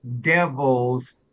devil's